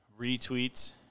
retweets